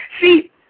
See